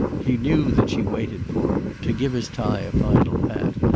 he knew that she waited for him, to give his tie a final pat,